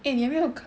eh 你没有